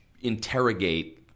interrogate